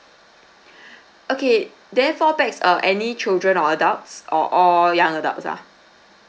okay there four pax uh any children or adults or all young adults ah